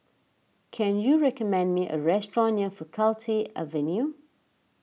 can you recommend me a restaurant near Faculty Avenue